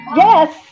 yes